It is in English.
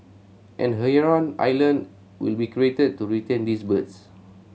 and a heron island will be created to retain these birds